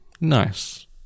nice